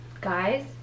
guys